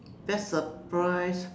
best surprise